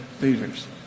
leaders